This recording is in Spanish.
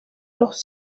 los